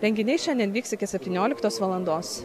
renginiai šiandien vyks iki septynioliktos valandos